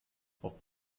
auf